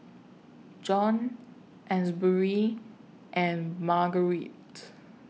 Jon Asbury and Margarite